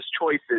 choices